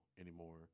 anymore